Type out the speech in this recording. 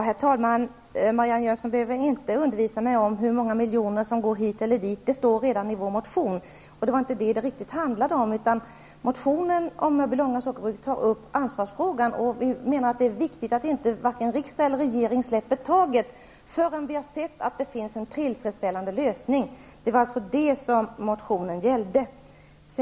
Herr talman! Marianne Jönsson behöver inte undervisa mig om hur många miljoner som går hit eller dit. Det står redan i vår motion. Det handlade inte om det. I motionen om Mörbylånga sockerbruk tas ansvarsfrågan upp. Vi menar att det är viktigt att inte vare sig riksdag eller regering släpper taget förrän man har sett att det finns tillfredsställande lösningar. Det var vad motionen gällde.